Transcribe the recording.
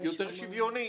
יותר שוויוני.